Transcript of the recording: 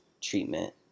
treatment